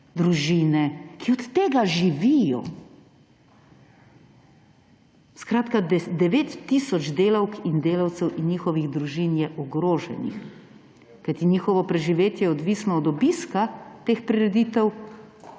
družine, ki od tega živijo? Skratka, devet tisoč delavk in delavcev in njihovih družin je ogroženih. Kajti njihovo preživetje je odvisno od obiska teh prireditev,